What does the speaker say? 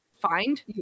find